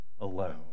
alone